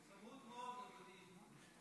זה צמוד מאוד, אדוני.